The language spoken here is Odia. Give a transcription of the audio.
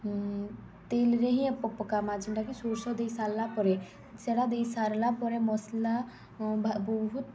ତେଲ୍ରେ ହିଁ ପକ୍କାମା ଜେନ୍ଟାକି ସୋର୍ଷ ଦେଇସାର୍ଲା ପରେ ସେଟା ଦେଇସାର୍ଲା ପରେ ମସ୍ଲା ବହୁତ୍